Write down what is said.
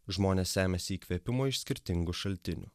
žmonės semiasi įkvėpimo iš skirtingų šaltinių